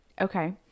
Okay